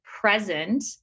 present